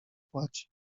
płaci